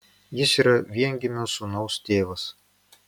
jis yra viengimio sūnaus tėvas